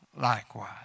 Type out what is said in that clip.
likewise